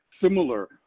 similar